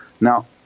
Now